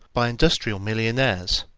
by industrial millionaires,